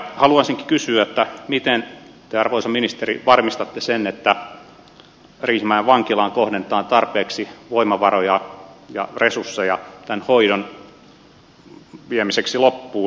haluaisinkin kysyä miten te arvoisa ministeri varmistatte sen että riihimäen vankilaan kohdennetaan tarpeeksi voimavaroja ja resursseja tämän hoidon viemiseksi loppuun